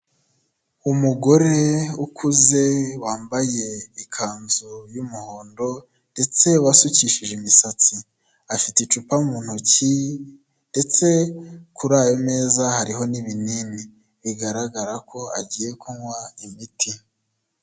Umugore ukuze wambaye ikanzu y'umuhondo ndetse wasukishije imisatsi afite icupa mu ntoki ndetse kuri ayo meza hariho n'ibinini bigaragara ko agiye kunywa imiti.